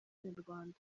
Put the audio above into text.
nyarwanda